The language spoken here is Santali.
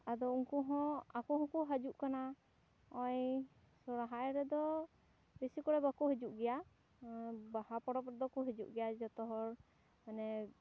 ᱟᱫᱚ ᱩᱱᱠᱩ ᱦᱚᱸ ᱟᱠᱚ ᱦᱚᱸᱠᱚ ᱦᱤᱡᱩᱜ ᱠᱟᱱᱟ ᱦᱚᱜᱼᱚᱭ ᱥᱚᱨᱦᱟᱭ ᱨᱮᱫᱚ ᱵᱮᱥᱤ ᱠᱚᱨᱮ ᱵᱟᱠᱚ ᱦᱤᱡᱩᱜ ᱜᱮᱭᱟ ᱵᱟᱦᱟ ᱯᱚᱨᱚᱵᱽ ᱨᱮᱫᱚ ᱠᱚ ᱦᱤᱡᱩᱜ ᱜᱮᱭᱟ ᱡᱚᱛᱚ ᱦᱚᱲ ᱢᱟᱱᱮ